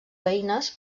veïnes